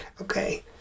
Okay